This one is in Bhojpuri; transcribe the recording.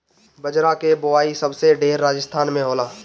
बजरा के बोआई सबसे ढेर राजस्थान में होला